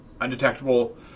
undetectable